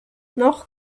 noch